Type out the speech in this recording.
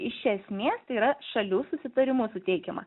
iš esmės tai yra šalių susitarimu suteikiama